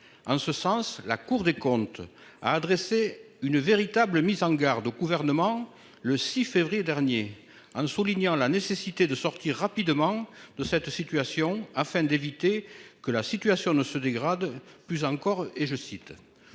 en ce sens, la Cour des comptes a adressé une véritable mise en garde au gouvernement le 6 février dernier en soulignant la nécessité de sortir rapidement de cette situation, afin d'éviter que la situation ne se dégrade plus encore